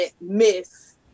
miss